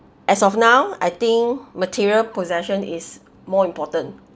as of now I think material possession is more important